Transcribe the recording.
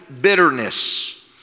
bitterness